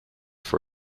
for